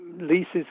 leases